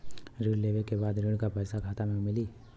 ऋण लेवे के बाद ऋण का पैसा खाता में मिली?